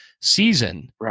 season